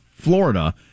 Florida